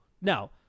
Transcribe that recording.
Now